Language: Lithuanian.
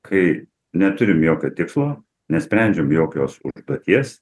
kai neturim jokio tikslo nesprendžiam jokios užduoties